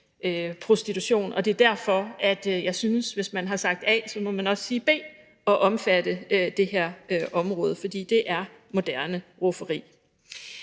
prostitution. Og det er derfor, jeg synes, at hvis man har sagt A, må man også sige B og omfatte det her område, for det er moderne rufferi.